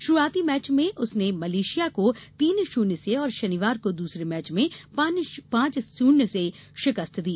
शुरूआती मैच में उसने मलेशिया को तीन शून्य से और शनिवार को दूसरे मैच में पांच शून्य से शिकस्त दी